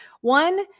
one